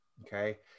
Okay